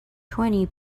twenty